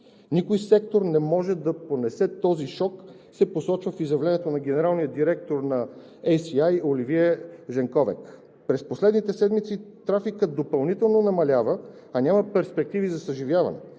„Никой сектор не може да понесе този шок“, се посочва в изявлението на генералния директор на Ес Си Ай Оливие Женковек. „През последните седмици трафикът допълнително намалява, а няма перспективи за съживяване“